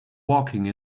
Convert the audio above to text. walking